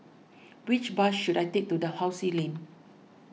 which bus should I take to Dalhousie Lane